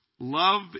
Love